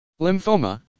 Lymphoma